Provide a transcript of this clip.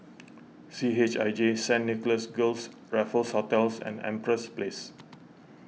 C H I J Saint Nicholas Girls Raffles Hotels and Empress Place